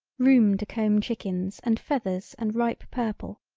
room to comb chickens and feathers and ripe purple,